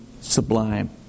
sublime